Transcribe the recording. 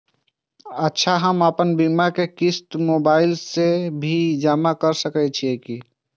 अच्छा हम आपन बीमा के क़िस्त मोबाइल से भी जमा के सकै छीयै की?